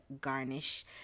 garnish